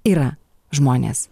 yra žmonės